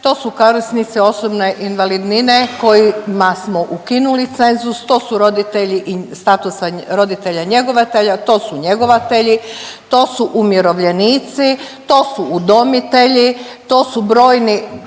To su korisnici osobne invalidnine kojima smo ukinuli cenzus. To su roditelji statusa roditelja njegovatelja, to su njegovatelji, to su umirovljenici, to su udomitelji, to su brojni